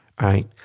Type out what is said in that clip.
Right